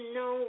no